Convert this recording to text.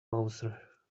mouser